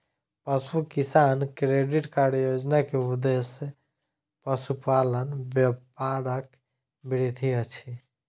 पशु किसान credit card योजना के उद्देश्य पशुपालन व्यापारक वृद्धि अछि